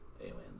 aliens